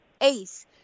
Ace